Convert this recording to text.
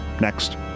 Next